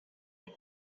with